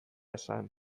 esan